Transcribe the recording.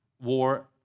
war